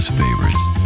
favorites